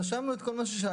רשמנו את כל מה ששאלתם.